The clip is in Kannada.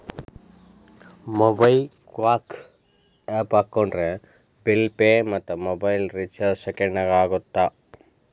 ಮೊಬೈಕ್ವಾಕ್ ಆಪ್ ಹಾಕೊಂಡ್ರೆ ಬಿಲ್ ಪೆ ಮತ್ತ ಮೊಬೈಲ್ ರಿಚಾರ್ಜ್ ಸೆಕೆಂಡನ್ಯಾಗ ಆಗತ್ತ